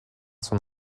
son